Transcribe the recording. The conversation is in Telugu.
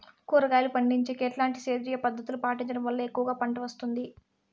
కూరగాయలు పండించేకి ఎట్లాంటి సేంద్రియ పద్ధతులు పాటించడం వల్ల ఎక్కువగా పంట వస్తుంది?